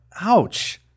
Ouch